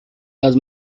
las